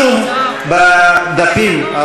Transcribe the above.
רשום בדפים.